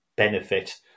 benefit